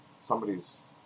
somebody's